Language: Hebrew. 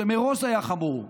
שמראש זה היה חמור,